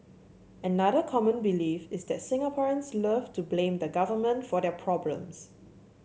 another common belief is that Singaporeans love to blame the Government for their problems